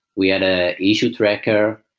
we had ah issue tracker.